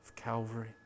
Calvary